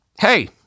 hey